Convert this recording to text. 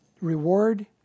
Reward